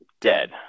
Dead